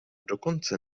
dokonce